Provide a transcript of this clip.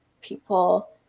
people